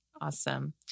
Awesome